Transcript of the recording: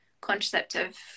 contraceptive